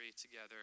together